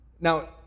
Now